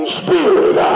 spirit